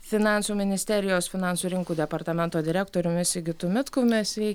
finansų ministerijos finansų rinkų departamento direktoriumi sigitu mitkumi svei